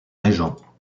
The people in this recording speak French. régent